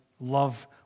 love